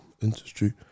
industry